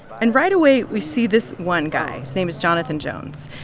and right away, we see this one guy. his name is jonathan jones.